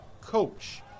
coach